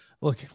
Look